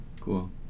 Cool